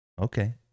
okay